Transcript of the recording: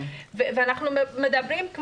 ואנחנו מדברים,